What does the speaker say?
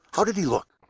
how did he look?